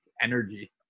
energy